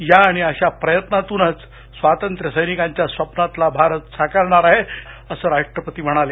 या आणि अशा प्रयत्नांतूनच स्वातंत्रसैनिकांच्या स्वप्नातला भारत साकारणार आहे हे लक्षात ठेवा असं राष्ट्रपती म्हणाले